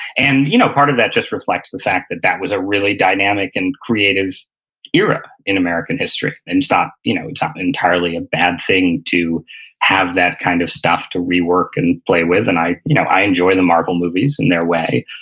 and you know part of that just reflects the fact that that was a really dynamic and creative era in american history and you know it's not entirely a bad thing to have that kind of stuff to rework and play with. and i you know i enjoy the marvel movies in their way,